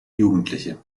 jugendliche